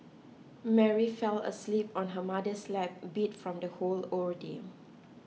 Mary fell asleep on her mother's lap beat from the whole ordeal